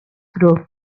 group